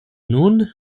nun